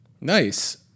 Nice